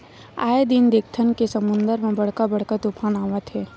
आए दिन देखथन के समुद्दर म बड़का बड़का तुफान आवत हे